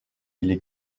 или